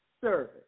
service